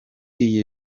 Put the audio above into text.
iyi